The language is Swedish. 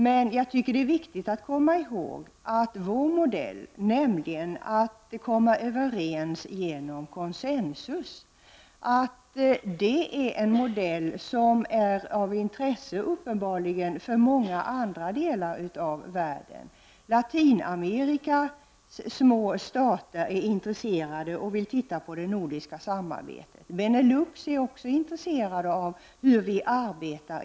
Då är det viktigt att komma ihåg att vårt sätt att komma överens genom konsensus är en modell som uppenbarligen är av intresse för många andra delar av världen. Latinamerikas små stater är intresserade av och vill studera det nordiska samarbetet. Beneluxländerna är också intresserade av hur de nordiska länderna samarbetar.